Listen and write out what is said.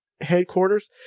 headquarters